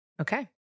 Okay